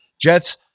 Jets